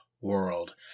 world